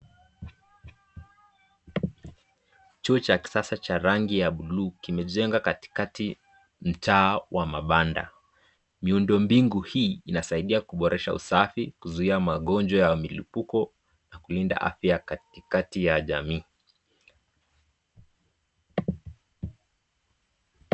Chuo cha kisasa cha rangi ya buluu kimejenga katikati mtaa wa mabanda miundo bingu hii inasaidia kuboresha usafi kuzuia magonjwa ya milupuko na kulinda afya katikati ya jamii.